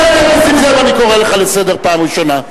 חבר הכנסת נסים זאב, אני קורא לך לסדר פעם ראשונה.